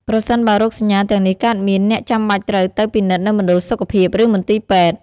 ប្រសិនបើរោគសញ្ញាទាំងនេះកើតមាន អ្នកចាំបាច់ត្រូវទៅពិនិត្យនៅមណ្ឌលសុខភាព ឬមន្ទីរពេទ្យ។